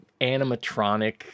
animatronic